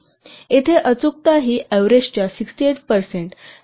येथे अचूकता ही एव्हरेजच्या 68 पर्सेंट अक्चुलच्या 20 पर्सेंट आत आहे